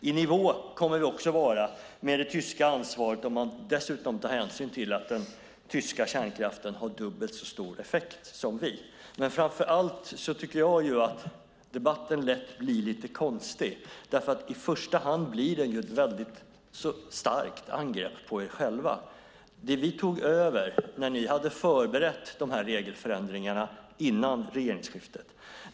I nivå kommer vi också att vara med det tyska ansvaret om man dessutom tar hänsyn till att den tyska kärnkraften har dubbelt så stor effekt som vår. Framför allt tycker jag att debatten lätt blir lite konstig därför att den i första hand blir ett starkt angrepp på er själva. Vi tog över de regelförändringar ni hade förberett före regeringsskiftet.